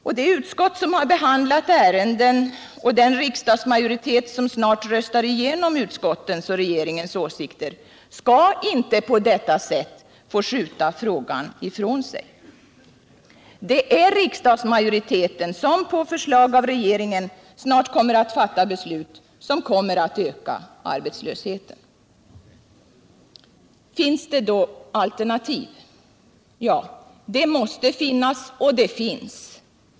Och de utskott som har behandlat ärendena och den riksdagsmajoritet som snart röstar igenom utskottens och regeringens åsikter skall inte på detta sätt få skjuta frågan ifrån sig. På förslag av regeringen kommer riksdagsmajoriteten snart att fatta beslut som ökar arbetslösheten. Finns det då alternativ? Ja, sådana måste finnas och de finns.